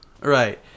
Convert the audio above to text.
right